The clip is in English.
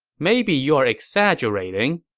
maybe you are exaggerating,